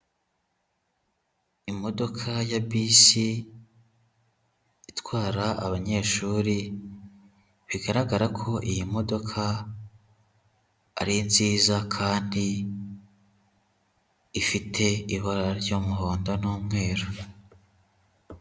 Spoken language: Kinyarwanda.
Imodoka ya bisi itwara abanyeshuri, bigaragara ko iyi modoka ari nziza kandi ifite ibara ry'umuhondo n'umweru.